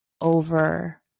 over